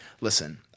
listen